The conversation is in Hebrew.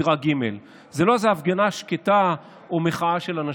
מדרג ג' זה לא איזו הפגנה שקטה או מחאה של אנשים.